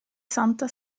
santa